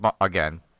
again